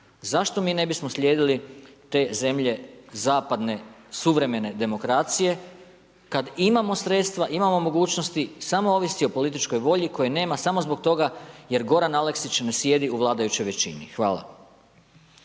Zašto mi ne bismo slijedili te zemlje zapadne suvremene demokracije kad imamo sredstva, imamo mogućnosti samo ovisi o političkoj volji koje nema samo zbog toga jer Goran Aleksić ne sjedi u vladajućoj većini. Hvala.